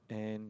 and